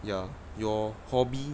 ya your hobby